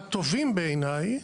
הטובים בעיניי,